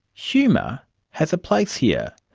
humour has a place here.